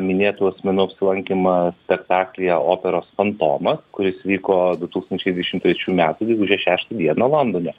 minėtų asmenų apsilankymą spektaklyje operos fantomą kuris vyko du tūkstančiai dvidešim trečių metų gegužės šeštą dieną londone